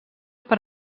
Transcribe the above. per